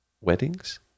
weddings